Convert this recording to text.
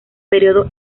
periodo